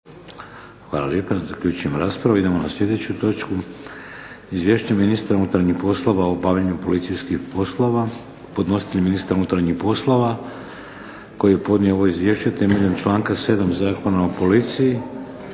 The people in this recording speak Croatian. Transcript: **Šeks, Vladimir (HDZ)** Idemo na sljedeću točku. - Izvješće ministra unutarnjih poslova o obavljanju policijskih poslova Podnositelj ministar unutarnjih poslova koji je podnio ovo izvješće temeljem članak 7. Zakona o policiji.